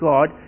God